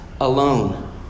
alone